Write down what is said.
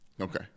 Okay